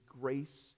grace